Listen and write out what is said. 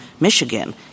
Michigan